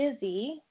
busy